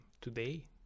today